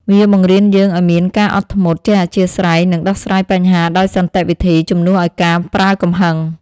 វាបង្រៀនយើងឱ្យមានការអត់ធ្មត់ ចេះអធ្យាស្រ័យ និងដោះស្រាយបញ្ហាដោយសន្តិវិធី ជំនួសឱ្យការប្រើកំហឹង។